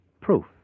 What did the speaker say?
Proof